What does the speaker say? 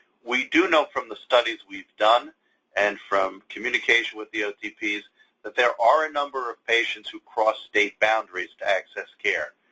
we do know from the studies we've done and from communication with the otps that there are a number of patients who cross state boundaries to access care.